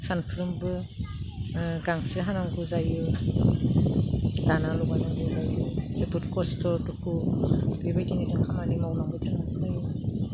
सानफ्रोमबो गांसो हानांगौ जायो दाना लगायना होनांगौ जायो जोबोद कस्त' दुखु बेबायदिनो जों खामानि मावनांगौ जायो